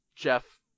jeff